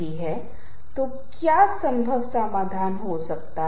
हम बहुत बार सा रे गा मा और उस जैसी चीजों के बारे में बात करते हैं